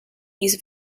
use